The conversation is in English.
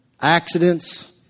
accidents